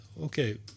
okay